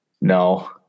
No